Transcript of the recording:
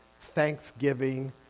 Thanksgiving